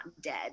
dead